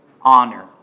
honor